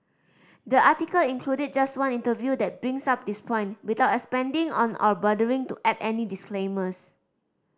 the article included just one interview that brings up this point without expanding on or bothering to add any disclaimers